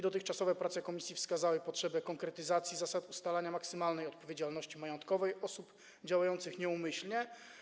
Dotychczasowe prace komisji wskazały potrzebę konkretyzacji zasad ustalania maksymalnej odpowiedzialności majątkowej osób działających nieumyślnie.